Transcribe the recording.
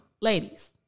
Ladies